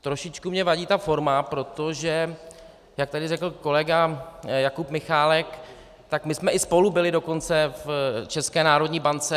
Trošičku mně vadí ta forma, protože jak tady řekl kolega Jakub Michálek, tak my jsme i spolu byli dokonce v České národní bance.